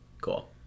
Cool